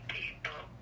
people